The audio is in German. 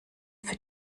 für